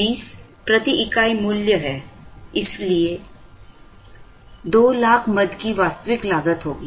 20 प्रति इकाई मूल्य है इसलिए 200000 मद की वास्तविक लागत होगी